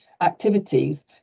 activities